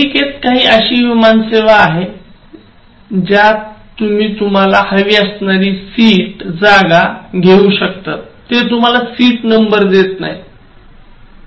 अमेरिकेत काही अशी विमानसेवा आहे ज्यात तुम्ही तुम्हाला हवी असणारी जागा सीट घेऊ शकता ते तुम्हाला सीट नंबर देत नाहीत